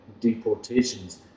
deportations